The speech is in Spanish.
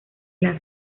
las